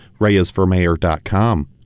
ReyesForMayor.com